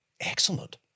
excellent